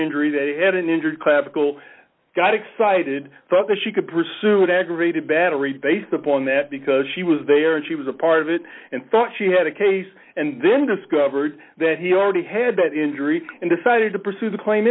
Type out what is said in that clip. injury they had an injured clavicle got excited thought that she could pursue an aggravated battery based upon that because she was there and she was a part of it and thought she had a case and then discovered that he already had that injury and decided to pursue the claim